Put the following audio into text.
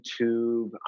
YouTube